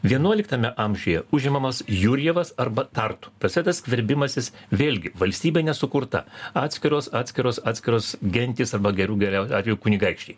vienuoliktame amžiuje užimamas jurjevas arba tartu prasideda skverbimasis vėlgi valstybė nesukurta atskiros atskiros atskiros gentys arba gerų geriau atveju kunigaikščiai